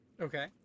Okay